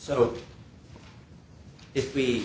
so if we